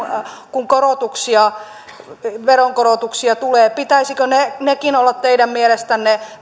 kun veronkorotuksia tulee pitäisikö niidenkin olla teidän mielestänne